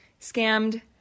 scammed